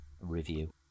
review